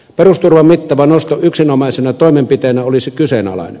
perusturvan mittava nosto yksinomaisena toimenpiteenä olisi kyseenalainen